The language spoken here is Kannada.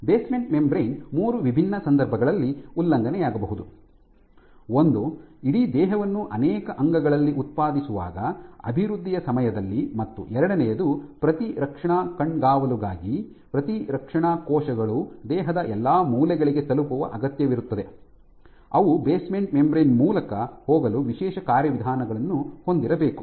ಬೇಸ್ಮೆಂಟ್ ಮೆಂಬರೇನ್ ಮೂರು ವಿಭಿನ್ನ ಸಂದರ್ಭಗಳಲ್ಲಿ ಉಲ್ಲಂಘನೆಯಾಗಬಹುದು ಒಂದು ಇಡೀ ದೇಹವನ್ನು ಅನೇಕ ಅಂಗಗಳಲ್ಲಿ ಉತ್ಪಾದಿಸುವಾಗ ಅಭಿವೃದ್ಧಿಯ ಸಮಯದಲ್ಲಿ ಮತ್ತು ಎರಡನೆಯದು ಪ್ರತಿರಕ್ಷಣಾ ಕಣ್ಗಾವಲುಗಾಗಿ ಪ್ರತಿರಕ್ಷಣಾ ಕೋಶಗಳು ದೇಹದ ಎಲ್ಲಾ ಮೂಲೆಗಳಿಗೆ ತಲುಪುವ ಅಗತ್ಯವಿರುತ್ತದೆ ಅವು ಬೇಸ್ಮೆಂಟ್ ಮೆಂಬರೇನ್ ಮೂಲಕ ಹೋಗಲು ವಿಶೇಷ ಕಾರ್ಯವಿಧಾನಗಳನ್ನು ಹೊಂದಿರಬೇಕು